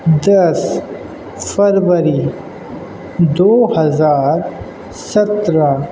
دس فروری دو ہزار سترہ